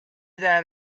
that